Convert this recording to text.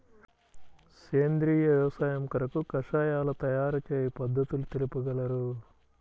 సేంద్రియ వ్యవసాయము కొరకు కషాయాల తయారు చేయు పద్ధతులు తెలుపగలరు?